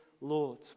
Lord